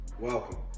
Welcome